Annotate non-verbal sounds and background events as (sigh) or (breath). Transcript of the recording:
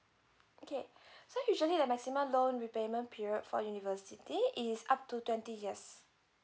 okay (breath) so usually the maximum loan repayment period for university is up to twenty years